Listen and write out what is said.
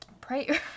Prayer